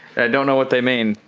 don't know what they mean.